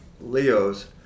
Leos